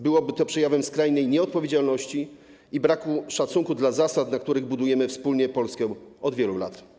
Byłoby to przejawem skrajnej nieodpowiedzialności i braku szacunku dla zasad, na których budujemy wspólnie Polskę od wielu lat.